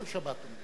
" כל שבת.